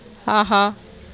ஆஹா